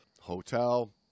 hotel